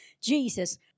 Jesus